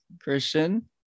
Christian